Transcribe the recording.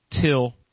Till